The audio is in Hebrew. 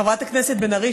חברת הכנסת בן ארי,